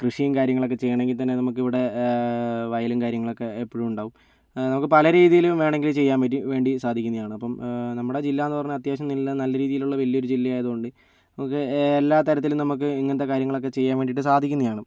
കൃഷിയും കാര്യങ്ങളൊക്കെ ചെയ്യണമെങ്കിൽ തന്നെ നമുക്കിവിടെ വയലും കാര്യങ്ങളൊക്കെ എപ്പോഴും ഉണ്ടാവും നമുക്ക് പല രീതിയിലും വേണമെങ്കിൽ ചെയ്യാൻ പറ്റും വേണ്ടി സാധിക്കുന്നതാണ് അപ്പോൾ നമ്മുടെ ജില്ലയെന്ന് പറഞ്ഞാൽ അത്യാവശ്യം എല്ലാം നല്ല രീതിയിലുള്ള വലിയൊരു ജില്ലയായത് കൊണ്ട് നമുക്ക് എല്ലാ തരത്തിലും നമുക്ക് ഇങ്ങനത്തെ കാര്യങ്ങളൊക്കെ ചെയ്യാൻ വേണ്ടിയിട്ട് സാധിക്കുന്നതാണ്